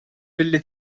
billi